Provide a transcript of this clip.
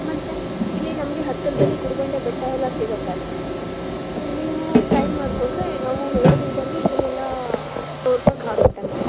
ಮತ್ತೆ ಇಲ್ಲಿ ನಮಗೆ ಹತ್ತಿರದಲ್ಲಿ ಗುಡಿ ಬಂಡೆ ಬೆಟ್ಟ ಎಲ್ಲ ಸಿಗುತ್ತೆ ನೀವು ಟೈಮ್ ಮಾಡಿಕೊಂಡ್ರೆ ನಾವು ಎರಡು ದಿನದಲ್ಲಿ ಇದನ್ನೆಲ್ಲ ತೋರಿಸೋಕಾಗತ್ತೆ ಮಾಮ್